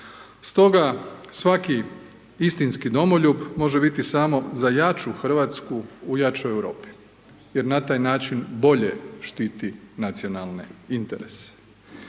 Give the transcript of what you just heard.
Stoga, svaki istinski domoljub može biti samo za jaču Hrvatsku u jačoj Europi jer na taj način bolje štiti nacionalne interese.